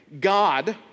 God